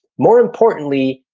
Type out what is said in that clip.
more importantly,